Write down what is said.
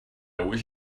wish